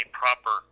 proper